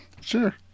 Sure